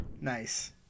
nice